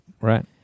Right